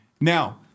Now